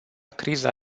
criza